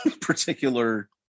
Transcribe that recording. particular